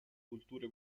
culture